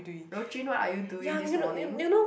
Rou-Jun what are you doing this morning